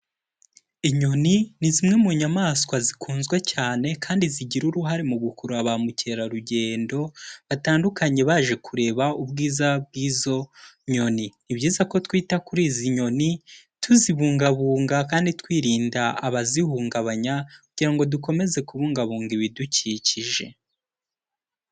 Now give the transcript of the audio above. Inyoni ni zimwe mu nyamaswa zikunzwe cyane kandi zigira uruhare mu gukurura ba mukerarugendo batandukanye baje kureba ubwiza bw'izo nyoni. Ni byiza ko twita kuri izi nyoni tuzibungabunga kandi twirinda abazihungabanya kugira ngo dukomeze kubungabunga ibidukikije.